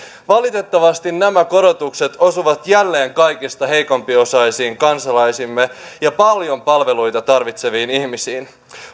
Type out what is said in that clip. valitettavasti nämä korotukset osuvat jälleen kaikkein heikompiosaisiin kansalaisiimme ja paljon palveluita tarvitseviin ihmisiin